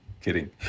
kidding